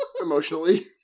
emotionally